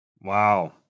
wow